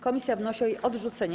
Komisja wnosi o jej odrzucenie.